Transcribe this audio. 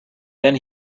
then